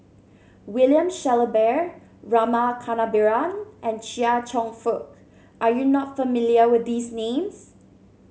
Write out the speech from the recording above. William Shellabear Rama Kannabiran and Chia Cheong Fook are you not familiar with these names